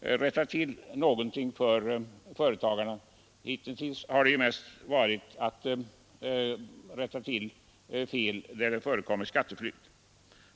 rätta till någonting för företagarna. Hittills har det ju mest varit att rätta till fel som möjliggjort skatteflykt.